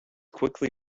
quickly